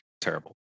terrible